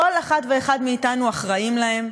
כל אחד ואחד מאתנו אחראים להם?